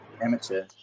amateur